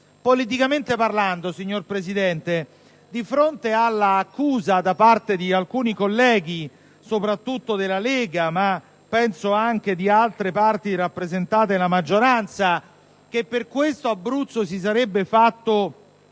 Politicamente parlando, di fronte all'accusa rivolta da parte di alcuni colleghi, soprattutto della Lega, ma penso anche di altre parti rappresentate nella maggioranza, secondo cui per questo Abruzzo si sarebbe fatto